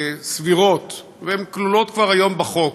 סבירות, והן כלולות כבר היום בחוק.